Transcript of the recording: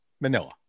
Manila